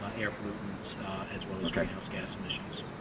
um air pollutants as well as greenhouse gas emissions.